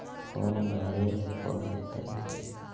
Farm भरे परतय?